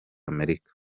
amerika